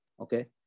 Okay